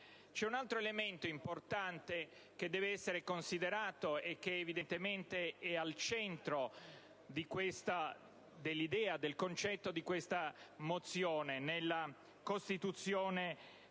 C'è un altro elemento importante che deve essere considerato, e che evidentemente è al centro del concetto di questa mozione, nella costituzione